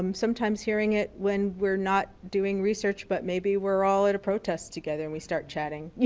um sometimes hearing it when we're not doing research but maybe we're all at a protest together and we start chatting, you